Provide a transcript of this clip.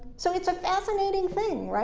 so it's a fascinating thing,